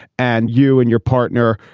and you and your partner,